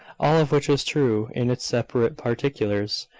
all of which was true in its separate particulars,